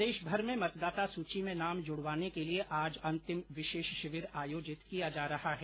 प्रदेशभर में मतदाता सूची में नाम जुड़वाने के लिए आज अंतिम विशेष शिविर आयोजित किया जा रहा है